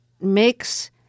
makes